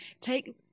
take